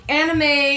anime